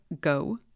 go